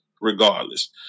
regardless